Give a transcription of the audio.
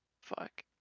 Fuck